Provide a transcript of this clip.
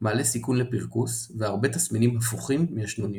מעלה סיכון לפרכוס והרבה תסמינים הפוכים מישנוניות.